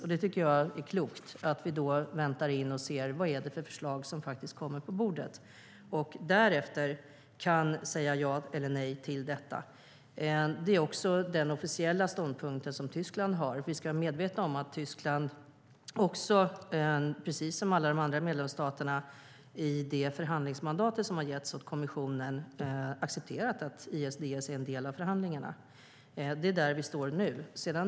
Jag tycker att det är klokt att vi väntar och ser vad det är för förslag som faktiskt kommer på bordet och därefter kan säga ja eller nej till detta. Det är också den officiella ståndpunkt som Tyskland har. Vi ska vara medvetna om att Tyskland, precis som alla de andra medlemsstaterna, i det förhandlingsmandat som har getts åt kommissionen har accepterat att ISDS är en del av förhandlingarna. Det är där vi står nu.